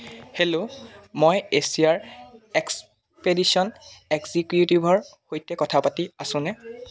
hello মই এছিয়াৰ expedition এক্সিকিউটিভৰ সৈতে কথা পাতি আছোনে